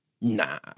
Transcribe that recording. nah